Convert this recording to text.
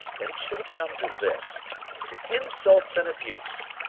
that it should have come to this to insults and abuse!